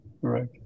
correct